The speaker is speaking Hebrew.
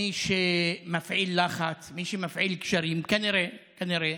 מי שמפעיל לחץ, מי שמפעיל קשרים כנראה, כנראה,